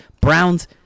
Browns